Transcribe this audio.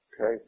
okay